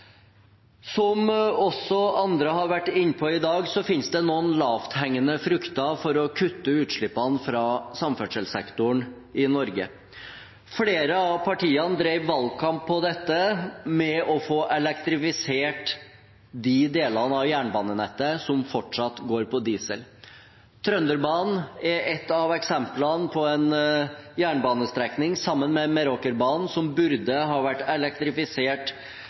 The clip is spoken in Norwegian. Som også andre har vært inne på i dag, finnes det noen lavthengende frukter for å kutte utslippene fra samferdselssektoren i Norge. Flere av partiene drev valgkamp på dette med å få elektrifisert de delene av jernbanenettet som fortsatt går på diesel. Trønderbanen er, sammen med Meråkerbanen, et av eksemplene på en jernbanestrekning som burde ha vært elektrifisert,